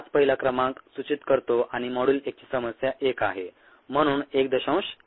हाच पहिला क्रमांक सूचित करतो आणि मॉड्यूल 1 ची समस्या 1 आहे म्हणून 1